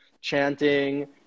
chanting